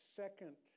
second